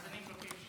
אז אני מבקש.